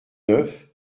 neuf